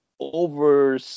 over